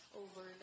over